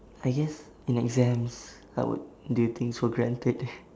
I guess in exams I would do things for granted